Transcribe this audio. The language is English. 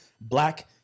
black